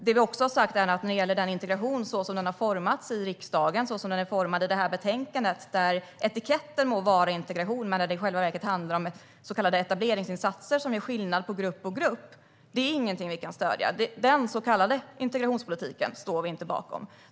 Det vi också har sagt är att integrationen sådan den har utformats i riksdagen och i det här betänkandet, där etiketten må vara integration men det i själva verket handlar om så kallade etableringsinsatser som gör skillnad mellan grupp och grupp, inte är något vi kan stödja. Denna så kallade integrationspolitik står vi inte bakom.